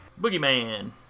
Boogeyman